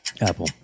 apple